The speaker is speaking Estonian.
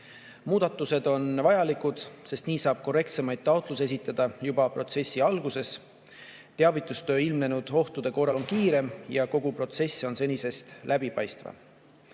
Muudatused on vajalikud, sest nii saab korrektsemaid taotlusi esitada juba protsessi alguses, teavitustöö ilmnenud ohtude korral on kiirem ja kogu protsess on senisest läbipaistvam. Ja